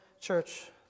church